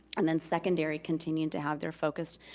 and then secondary continued to have their focused